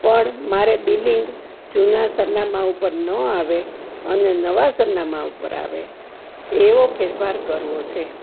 પણ મારે બિલિંગ જૂના સરનામા ઉપર ના આવે અને નવા સરનામા ઉપર આવે એવો ફેરફાર કરવો છે